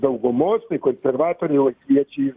daugumos tai konservatoriai laisviečiai